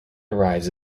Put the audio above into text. derives